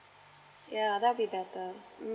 yeah that'll be better mm